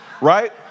right